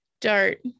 dart